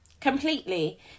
completely